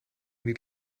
niet